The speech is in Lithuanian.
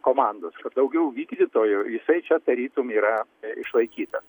komandos daugiau vykdytojo jisai čia tarytum yra išlaikytas